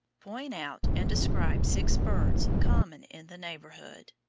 point out and describe six birds common in the neighbourhood.